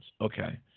Okay